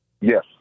Yes